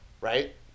Right